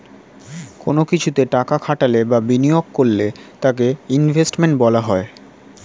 কোন কিছুতে টাকা খাটালে বা বিনিয়োগ করলে তাকে ইনভেস্টমেন্ট বলা হয়